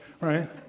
right